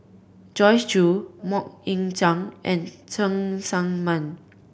Joyce Jue Mok Ying Jang and Cheng Tsang Man